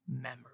memory